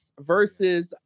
versus